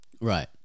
Right